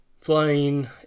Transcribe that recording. Flying